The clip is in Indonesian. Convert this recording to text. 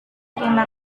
terima